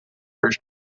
first